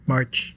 March